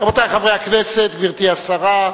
רבותי חברי הכנסת, גברתי השרה,